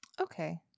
okay